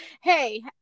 hey